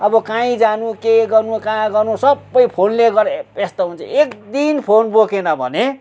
अब कहीँ जानु के गर्नु कहाँ गर्नु सबै फोनले गरे यस्तो हुन्छ एकदिन फोन बोकेन भने